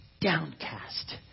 downcast